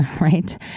right